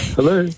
Hello